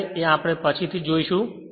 આ આપણે પછી જોઈશું